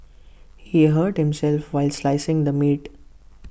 he hurt himself while slicing the meat